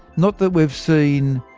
not that we've seen,